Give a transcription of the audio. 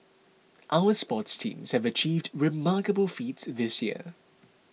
our sports teams have achieved remarkable feats this year